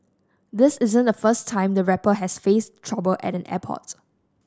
this isn't the first time the rapper has faced trouble at an airport